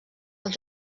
als